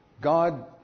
God